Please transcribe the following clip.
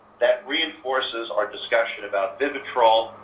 that reinforces our discussion about vivitrol,